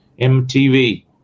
MTV